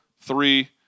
three